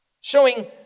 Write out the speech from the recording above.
Showing